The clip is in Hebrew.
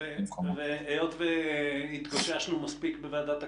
היות והתגוששנו מספיק בוועדת הקורונה,